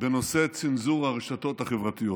בנושא צנזור הרשתות החברתיות.